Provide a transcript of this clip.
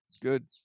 Good